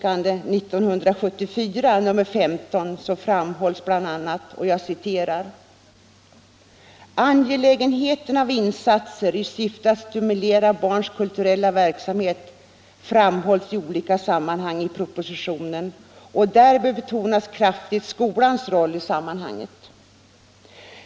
”Angelägenheten av insatser i syfte att stimulera barnens kulturella verksamhet framhålls i olika sammanhang i propositionen och därvid betonas kraftigt skolans roll i sammanhanget.